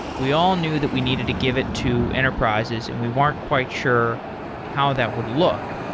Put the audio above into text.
we all knew that we need it to give it to enterprises and we weren't quite sure how that would look.